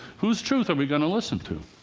whose truth are we going to listen to?